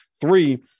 Three